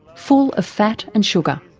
full of fat and sugar.